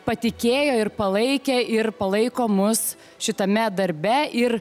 patikėjo ir palaikė ir palaiko mus šitame darbe ir